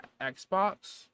Xbox